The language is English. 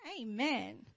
Amen